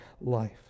life